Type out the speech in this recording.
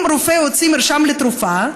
אם הרופא הוציא מרשם לתרופה,